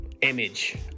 image